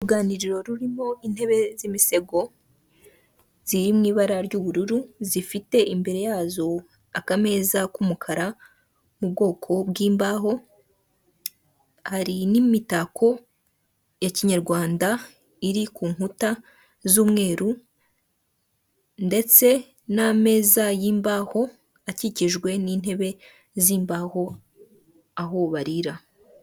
Uruganiriro rurimo intebe z'imisego ziri mu ibara ry'ubururu, zifite imbere yazo akameza k'umukara mu bwoko bw'imbaho, hari n'imitako ya kinyarwanda iri ku nkuta z'umweru, ndetse n'ameza yimbaho akikijwe n'intebe z'imbaho aho barira.